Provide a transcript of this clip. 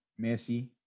Messi